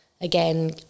again